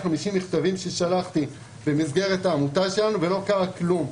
מכתבים ששלחתי במסגרת העמותה שלנו ולא קרה כלום.